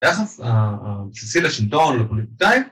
הייס הבסיסי לשטלון ולפוליטיקאים...